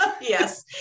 yes